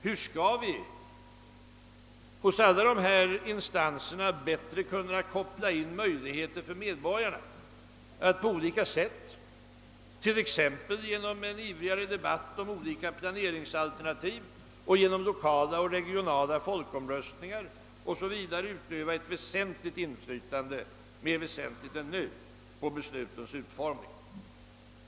Hur skall vi hos alla dessa instanser bättre kunna skapa möjligheter för medborgarna att på olika sätt, t.ex. genom en livligare debatt om olika planeringsalternativ och genom lokala och regionala folkomröstningar 0o.s. v., utöva ett mer väsentligt inflytande än nu på beslutens utformning?